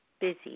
busy